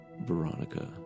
Veronica